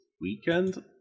weekend